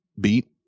beat